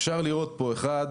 אפשר לראות פה בשקף,